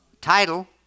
Title